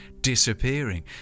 disappearing